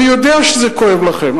אני יודע שזה כואב לכם,